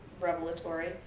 revelatory